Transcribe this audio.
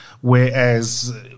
Whereas